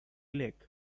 lake